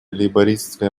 лейбористская